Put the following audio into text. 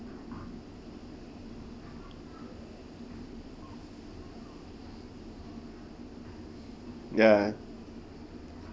ya